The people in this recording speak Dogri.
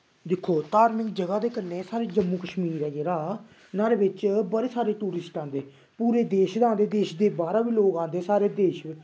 दिक्खो धार्मिक जगह दे कन्नै साढ़ा जम्मू कश्मीर ऐ जेह्ड़ा नाह्ड़े बिच्च बड़े सारे टूरिस्ट आंदे पूरे देश दा आंदे देश दे बाह्रा बी लोग आंदे साढ़े देश बिच्च